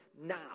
now